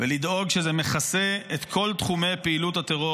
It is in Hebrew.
ולדאוג שזה מכסה את כל תחומי פעילות הטרור